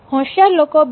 હોશિયાર લોકો 2